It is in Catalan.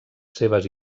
seves